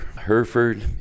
Hereford